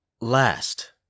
last